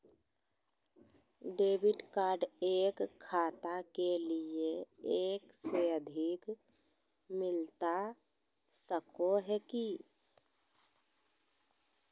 Debit card एक खाता के लिए एक से अधिक मिलता सको है की?